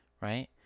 right